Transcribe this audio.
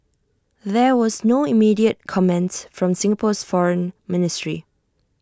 there was no immediate comment from Singapore's foreign ministry